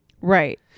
Right